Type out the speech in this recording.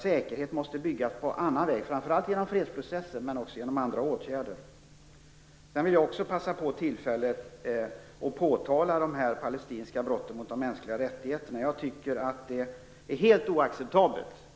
Säkerhet måste byggas på annat sätt, framför allt via fredsprocesser men också genom andra åtgärder. Jag vill också ta upp de palestinska brotten mot de mänskliga rättigheterna. De är helt oacceptabla.